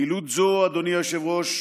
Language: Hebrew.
פעילות זו, אדוני היושב-ראש,